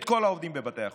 את כל העובדים בבתי החולים.